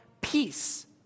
peace